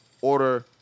order